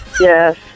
Yes